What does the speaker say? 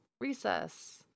recess